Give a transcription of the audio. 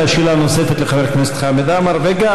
שאלה נוספת לחבר הכנסת חמד עמאר וגם